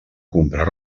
comprar